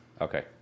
Okay